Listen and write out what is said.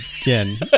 again